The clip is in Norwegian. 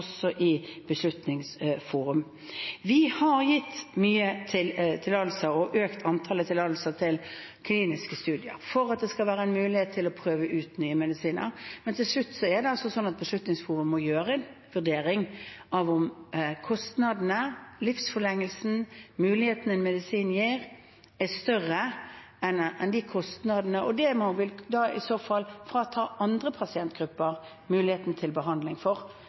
Vi har gitt mange tillatelser og økt antallet tillatelser til kliniske studier for at det skal være mulighet til å prøve ut nye medisiner. Men til slutt er det altså sånn at Beslutningsforum må gjøre en vurdering av om livsforlengelsen og mulighetene medisinen gir, er større enn kostnadene. Det vil i så fall frata andre pasientgrupper muligheten til behandling, for